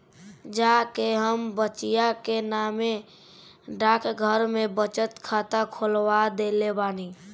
जा के हम बचिया के नामे डाकघर में बचत खाता खोलवा देले बानी